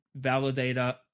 validator